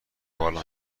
بالا